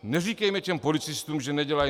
Neříkejme tedy policistům, že nedělají.